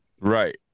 right